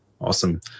Awesome